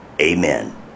Amen